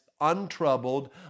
untroubled